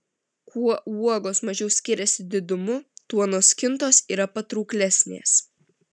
kuo uogos mažiau skiriasi didumu tuo nuskintos yra patrauklesnės